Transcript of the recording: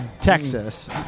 Texas